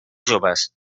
joves